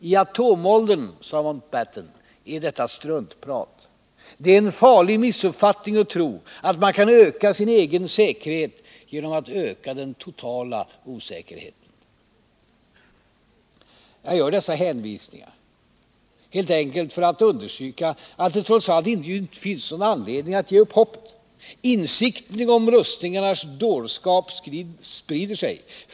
I atomåldern är detta struntprat. Det är en farlig missuppfattning att tro att man kan öka sin egen säkerhet genom att öka den totala osäkerheten.” Jag gör dessa hänvisningar helt enkelt för att understryka att det trots allt inte finns någon anledning att ge upp hoppet. Insikten om rustningarnas dårskap sprider sig.